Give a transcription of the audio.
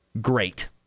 great